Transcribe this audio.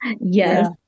Yes